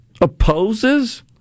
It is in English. opposes